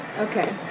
Okay